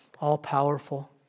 all-powerful